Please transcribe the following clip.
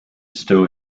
still